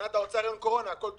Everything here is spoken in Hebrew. הכול טוב.